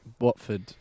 Watford